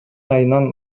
айынан